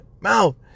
mouth